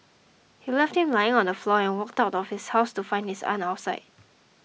he left him lying on the floor and walked out of his house to find his aunt outside